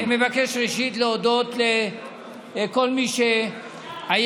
אני מבקש ראשית להודות לכל מי שהיה